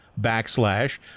backslash